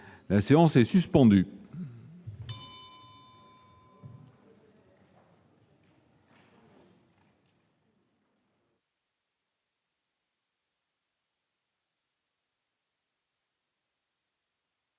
La séance est suspendue.